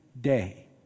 day